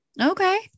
Okay